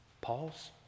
Pause